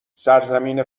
سرزمین